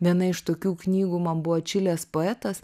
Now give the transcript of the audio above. viena iš tokių knygų man buvo čilės poetas